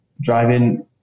driving